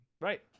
Right